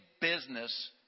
business